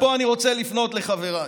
ופה אני רוצה לפנות לחבריי,